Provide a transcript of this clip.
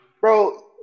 bro